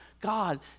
God